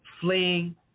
fleeing